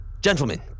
Gentlemen